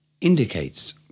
indicates